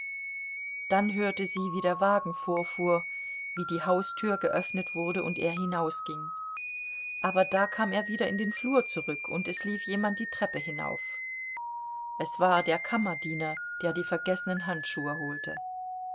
dann hörte sie wie der wagen vorfuhr wie die haustür geöffnet wurde und er hinausging aber da kam er wieder in den flur zurück und es lief jemand die treppe hinauf es war der kammerdiener der die vergessenen handschuhe holte